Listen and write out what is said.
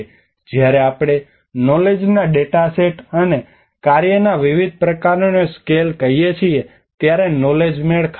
જ્યારે આપણે નોલેજના ડેટા સેટ અને કાર્યના વિવિધ પ્રકારો ને સ્કેલ કહીએ છીએ ત્યારે નોલેજ મેળ ખાતું નથી